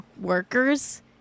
workers